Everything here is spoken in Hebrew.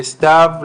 לסתיו,